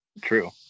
True